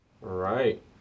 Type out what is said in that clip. Right